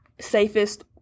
safest